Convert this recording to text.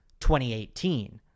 2018